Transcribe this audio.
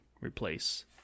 replace